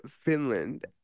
Finland